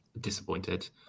disappointed